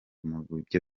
mubyo